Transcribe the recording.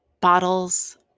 bottles